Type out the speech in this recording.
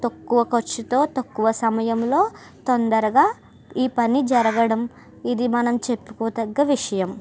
తక్కువ ఖర్చుతో తక్కువ సమయంలో తొందరగా ఈ పని జరగడం ఇది మనం చెప్పుకోదగ్గ విషయం